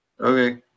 Okay